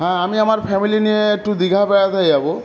হ্যাঁ আমি আমার ফ্যামিলি নিয়ে একটু দীঘা বেড়াতে যাবো